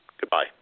goodbye